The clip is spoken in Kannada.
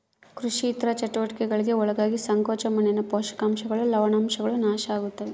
ಕೃಷಿ ಇತರ ಚಟುವಟಿಕೆಗುಳ್ಗೆ ಒಳಗಾಗಿ ಸಂಕೋಚ ಮಣ್ಣಿನ ಪೋಷಕಾಂಶಗಳು ಲವಣಾಂಶಗಳು ನಾಶ ಆಗುತ್ತವೆ